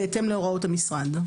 בהתאם להוראות המשרד.